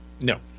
No